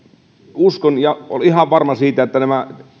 uskon ja olen ihan varma siitä että näillä